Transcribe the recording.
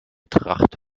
tracht